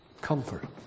Comfort